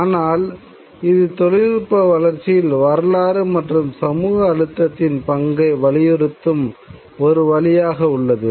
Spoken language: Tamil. ஆனால் இது தொழில்நுட்ப வளர்ச்சியில் வரலாறு மற்றும் சமூக அழுத்தத்தின் பங்கை வலியுறுத்தும் ஒரு வழியாக உள்ளது